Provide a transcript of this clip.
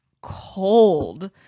cold